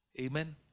Amen